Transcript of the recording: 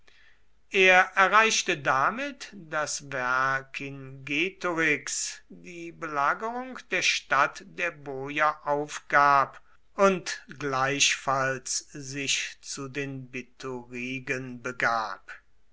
er erreichte damit daß vercingetorix die belagerung der stadt der boier aufgab und gleichfalls sich zu den biturigen begab